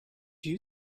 you